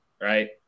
right